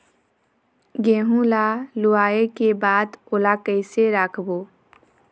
गेहूं ला लुवाऐ के बाद ओला कइसे राखबो?